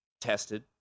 tested